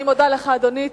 אני מודה לך, אדוני.